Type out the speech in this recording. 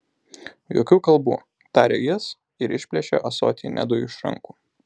jokių kalbų tarė jis ir išplėšė ąsotį nedui iš rankų